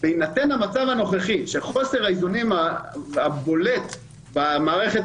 בהינתן המצב הנוכחי של חוסר איזונים בולט בישראל,